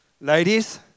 Ladies